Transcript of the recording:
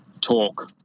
talk